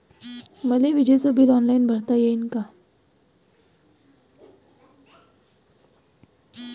मले विजेच bill online भरता येईन का?